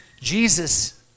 Jesus